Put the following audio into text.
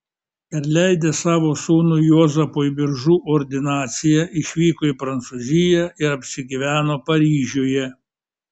perleidęs savo sūnui juozapui biržų ordinaciją išvyko į prancūziją ir apsigyveno paryžiuje